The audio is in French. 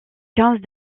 quinze